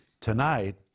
Tonight